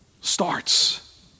starts